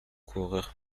coureur